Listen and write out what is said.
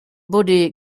buddy